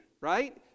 Right